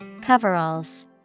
coveralls